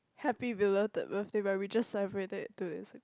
happy belated birthday but just celebrated it two days ago